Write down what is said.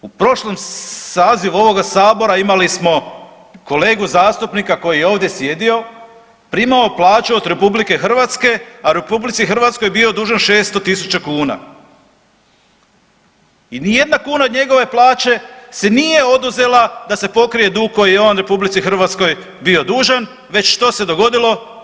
U prošlom sazivu ovoga Sabora imali smo kolegu zastupnika koji je ovdje sjedio, primao plaću od RH, a RH bio dužan 600 tisuća kuna i nijedna kuna od njegove plaće se nije oduzela da se pokrije dug koji je on RH bio dužan, već što se dogodilo?